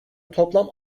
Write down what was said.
toplam